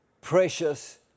precious